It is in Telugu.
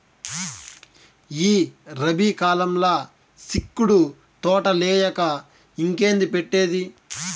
ఈ రబీ కాలంల సిక్కుడు తోటలేయక ఇంకేంది పెట్టేది